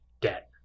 debt